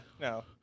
No